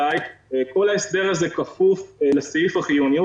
כל ההסדר הזה כפוף לסעיף החיוניות,